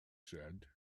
said